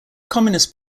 communist